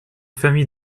famille